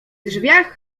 drzwiach